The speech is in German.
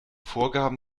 vorgaben